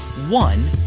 one,